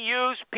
use